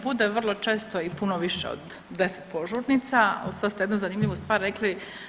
Bude vrlo često i puno više od 10 požurnica, ali sad ste jednu zanimljivu stvar rekli.